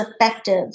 effective